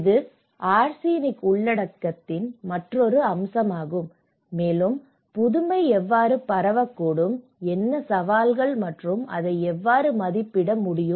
இது ஆர்சனிக் உள்ளடக்கத்தின் மற்றொரு அம்சமாகும் மேலும் புதுமை எவ்வாறு பரவக்கூடும் என்ன சவால்கள் மற்றும் அதை எவ்வாறு மதிப்பிட முடியும்